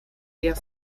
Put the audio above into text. der